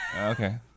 Okay